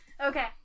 Okay